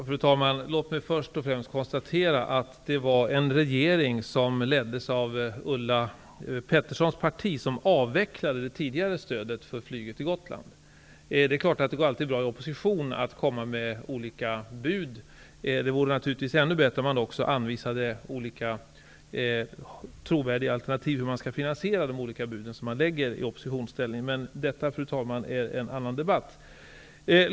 Fru talman! Låt mig först och främst konstatera att det var en regering som leddes av det parti som Ulla Pettersson företräder som avvecklade det tidigare transportstödet för flyget till Gotland. Det är klart att det alltid går bra att i opposition komma med olika bud. Det vore naturligtvis ännu bättre om man också anvisade olika trovärdiga alternativ för hur man skall finansiera de olika bud som man lägger i oppositionsställning. Men detta, fru talman, är en annan debatt.